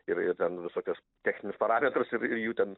ir ir ten visokias techninius parametrus ir ir jų ten